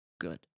good